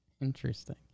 Interesting